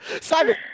Simon